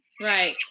Right